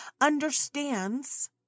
understands